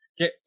Okay